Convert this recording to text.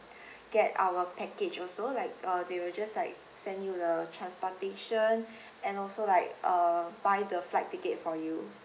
get our package also like uh they will just like send you the transportation and also like uh buy the flight ticket for you